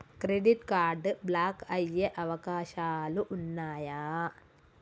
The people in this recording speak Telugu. క్రెడిట్ కార్డ్ బ్లాక్ అయ్యే అవకాశాలు ఉన్నయా?